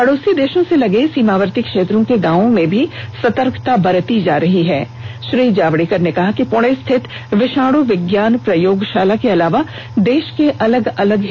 पडोसी देशों से लगे सीमावर्ती क्षेत्रों के गांव में भी सतर्कता बरती जा श्री जावड़ेकर ने कहा कि प्रणे स्थित विषाणू विज्ञान प्रयोगशाला के अलावा देश के अलग अलग रही है